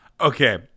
Okay